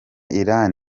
iran